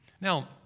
Now